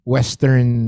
Western